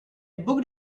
booked